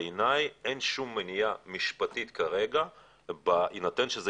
בעיניי אין שום מניעה משפטית כרגע בהינתן שזה